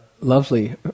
lovely